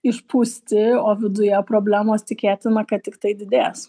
išpūsti o viduje problemos tikėtina kad tiktai didės